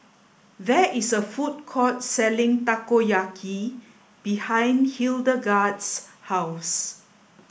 there is a food court selling Takoyaki behind Hildegarde's house